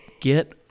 get